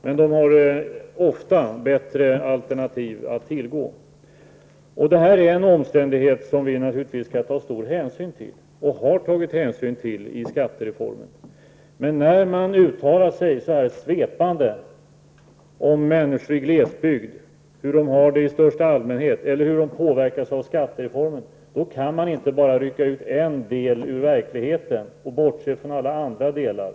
Men de har ofta bättre alternativ att tillgå. Det är en omständighet som vi naturligtvis skall ta stor hänsyn till, och vi har också i skattereformen tagit hänsyn till detta. När man uttalar sig så svepande om människor i glesbygd, hur de har det i största allmänhet eller hur de påverkas av skattereformen, kan man inte bara rycka ut en del ur verkligheten och bortse från alla andra delar.